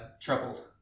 troubled